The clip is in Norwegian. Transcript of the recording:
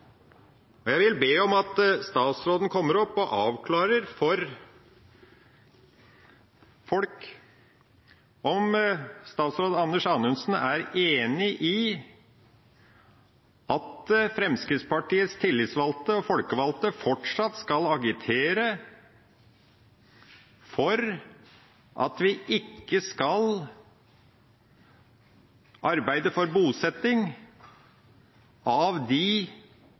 spørsmålet. Jeg vil be om at statsråden kommer opp og avklarer for folk om statsråd Anders Anundsen er enig i at Fremskrittspartiets tillitsvalgte og folkevalgte fortsatt skal agitere for at vi ikke skal arbeide for bosetting av de